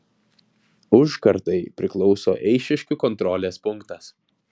užkardai priklauso eišiškių kontrolės punktas